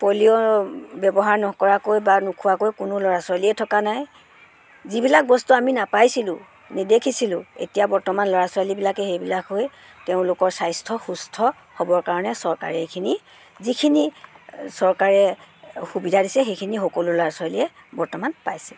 polio ব্যৱহাৰ নকৰাকৈ বা নোখোৱাকৈ কোনো ল'ৰা ছোৱালীয়ে থকা নাই যিবিলাক বস্তু আমি নাপাইছিলোঁ নেদেখিছিলোঁ এতিয়া বৰ্তমান ল'ৰা ছোৱালীবিলাকে সেইবিলাক হৈ তেওঁলোকৰ স্বাস্থ্য সুস্থ হ'বৰ কাৰণে চৰকাৰে এইখিনি যিখিনি চৰকাৰে সুবিধা দিছে সেইখিনি সকলো ল'ৰা ছোৱালীয়ে বৰ্তমান পাইছে